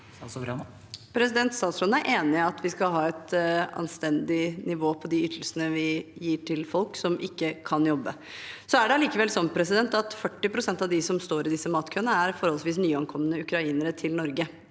Statsråden er enig i at vi skal ha et anstendig nivå på de ytelsene vi gir til folk som ikke kan jobbe. Allikevel er det sånn at 40 pst. av dem som står i disse matkøene, er forholdsvis nyankomne ukrainere til Norge.